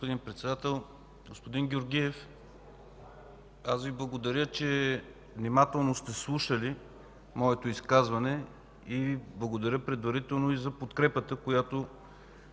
господин Председател. Господин Георгиев, благодаря, че внимателно сте слушали моето изказване. Благодаря предварително и за подкрепата, която